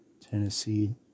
Tennessee